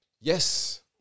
yes